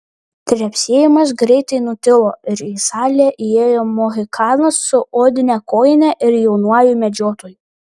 trepsėjimas greitai nutilo ir į salę įėjo mohikanas su odine kojine ir jaunuoju medžiotoju